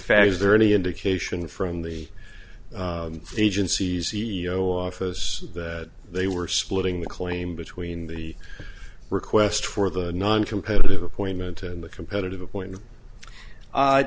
fact is there any indication from the agency's e e o office that they were splitting the claim between the request for the noncompetitive appointment and the competitive appointment